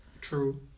True